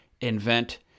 invent